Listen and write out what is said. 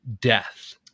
death